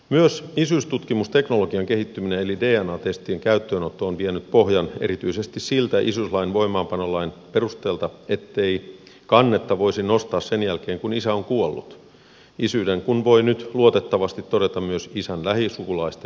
myös isyystutkimusteknologian kehittyminen eli dna testien käyttöönotto on vienyt pohjan erityisesti siltä isyyslain voimaanpanolain perusteelta ettei kannetta voisi nostaa sen jälkeen kun isä on kuollut isyyden kun voi nyt luotettavasti todeta myös isän lähisukulaisten dnasta